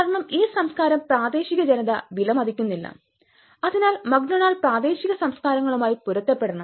കാരണം ഈ സംസ്കാരം പ്രാദേശിക ജനത വിലമതിക്കുന്നില്ല അതിനാൽ മക് ഡൊണാൾഡ് പ്രാദേശിക സംസ്കാരങ്ങളുമായി പൊരുത്തപ്പെടണം